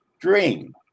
dream